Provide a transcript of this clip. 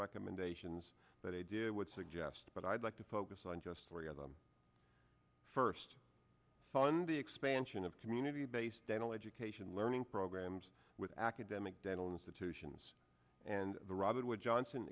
recommendations that i did would suggest but i'd like to focus on just story of them first fund the expansion of community based dental education learning programs with academic dental institutions and the robert wood johnson